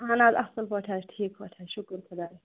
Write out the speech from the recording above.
اَہَن حظ اَصٕل پٲٹھۍ حظ ٹھیٖک پٲٹھۍ حظ شُکُر خۄدایَس